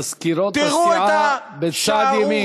מזכירות הסיעה בצד ימין.